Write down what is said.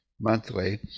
monthly